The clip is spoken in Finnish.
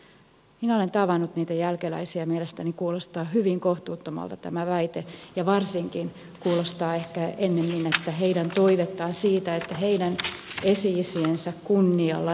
minä olen tavannut niitä jälkeläisiä ja mielestäni kuulostaa hyvin kohtuuttomalta tämä väite varsinkin kun kuulostaa ehkä ennemmin että heidän toivettaan siitä että heidän esi isiensä kunnialla ei ratsastettaisi ei oteta huomioon